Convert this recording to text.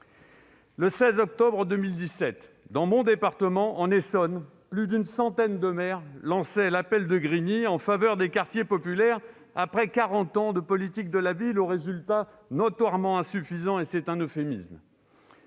Le 16 octobre 2017, dans mon département, l'Essonne, plus d'une centaine de maires lançaient l'appel de Grigny en faveur des quartiers populaires, après quarante ans de politiques de la ville aux résultats notoirement insuffisants- c'est un euphémisme.